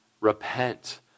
repent